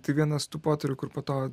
tai vienas tų potyrių kur po to